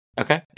Okay